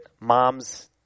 mom's